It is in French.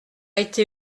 été